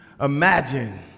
Imagine